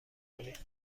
کنید